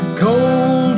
cold